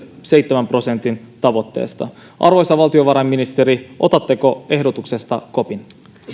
seitsemän prosentin tavoitteesta arvoisa valtiovarainministeri otatteko ehdotuksesta kopin